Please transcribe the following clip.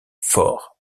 forts